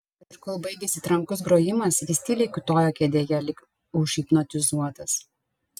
ir kol baigėsi trankus grojimas jis tyliai kiūtojo kėdėje lyg užhipnotizuotas